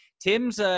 Tim's